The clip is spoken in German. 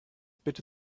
bitte